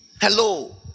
Hello